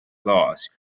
laws